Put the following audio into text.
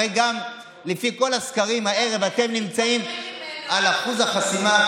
הרי לפי כל הסקרים הערב אתם נמצאים על אחוז החסימה,